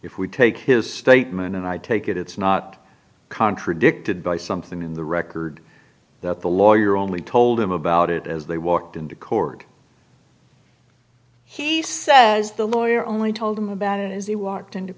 if we take his statement and i take it it's not contradicted by something in the record that the lawyer only told him about it as they walked into court he says the lawyer only told him about it as he walked into